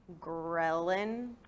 ghrelin